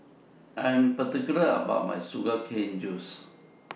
I Am particular about My Sugar Cane Juice